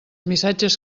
missatges